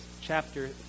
chapter